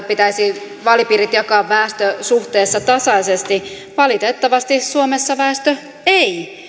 pitäisi vaalipiirit jakaa väestösuhteessa tasaisesti valitettavasti suomessa väestö ei